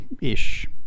ish